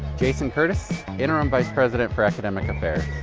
jason curtis, interim vice-president for academic affairs.